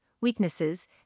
weaknesses